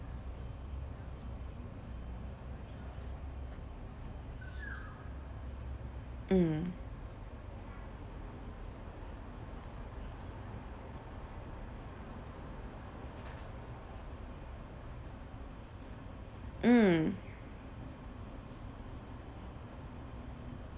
mm mm